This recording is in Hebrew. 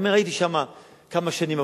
הוא אומר: הייתי שם כמה שנים,